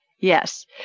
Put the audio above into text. Yes